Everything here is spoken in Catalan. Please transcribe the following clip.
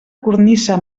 cornisa